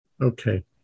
Okay